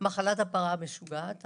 מחלת הפרה המשוגעת.